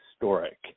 historic